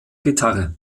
gitarre